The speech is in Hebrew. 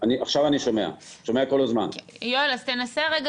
שלכל הנושא הרפואי יתייחס משרד הבריאות,